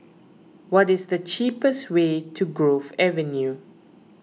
what is the cheapest way to Grove Avenue